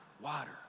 water